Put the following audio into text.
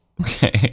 Okay